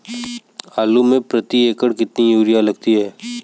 आलू में प्रति एकण कितनी यूरिया लगती है?